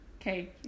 Okay